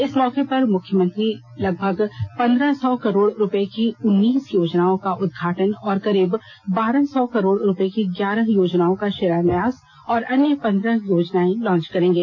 इस मौके पर मुख्यमंत्री लगभग पंद्रह सौ करोड़ रूपये की उनीस योजनाओं का उद्घाटन करीब बारह सौ करोड़ रूपये की ग्यारह योजनाओं का शिलान्यास और अन्य पंद्रह योजनाएं लांच करेंगे